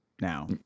now